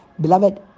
Beloved